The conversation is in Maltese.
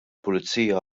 pulizija